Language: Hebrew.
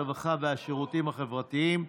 הרווחה והשירותים החברתיים,